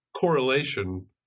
correlation